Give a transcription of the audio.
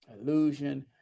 illusion